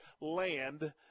land